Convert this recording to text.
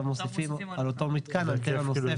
מוסיפים על אותו מתקן אנטנה נוספת.